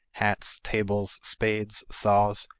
hats, tables, spades, saws,